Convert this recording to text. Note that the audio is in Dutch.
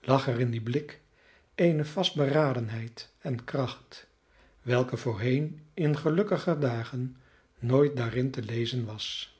er in dien blik eene vastberadenheid en kracht welke voorheen in gelukkiger dagen nooit daarin te lezen was